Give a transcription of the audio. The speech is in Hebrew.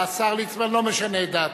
השר ליצמן לא משנה את דעתו?